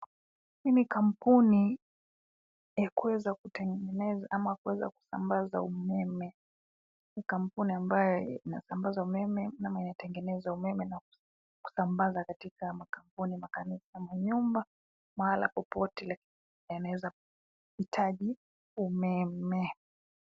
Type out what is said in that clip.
Hii ni kampuni ya kuweza kutengeneza ama kuweza kusambaza umeme. Kampuni ambayo inasambaza umeme ama inatengeneza umeme na kusambaza katika makampuni, makanisa, manyumba, mahali popote yanaweza kuhitaji umeme.